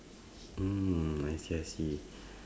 mm I see I see